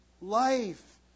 life